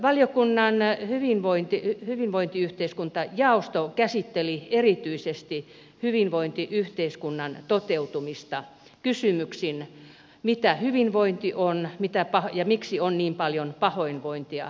valiokunnan hyvinvointiyhteiskuntajaosto käsitteli erityisesti hyvinvointiyhteiskunnan toteutumista kysymyksin mitä hyvinvointi on ja miksi on niin paljon pahoinvointia